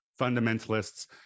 fundamentalists